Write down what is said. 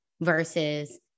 versus